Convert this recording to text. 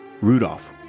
Rudolph